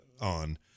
on